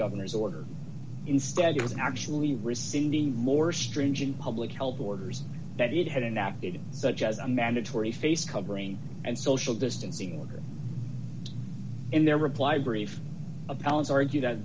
governor's order instead it was actually rescinded more stringent public help orders that it hadn't acted such as a mandatory face covering and social distancing order in their reply brief appellant argue that